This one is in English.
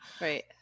right